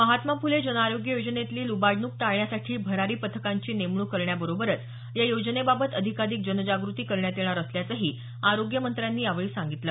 महात्मा फुले जन आरोग्य योजनेतली लुबाडणूक टाळण्यासाठी भरारी पथकांची नेमणूक करण्याबरोबर या योजनेबाबत अधिकाधिक जनजागृती करण्यात येणार असल्याचंही आरोग्य मंत्र्यांनी यावेळी सांगितलं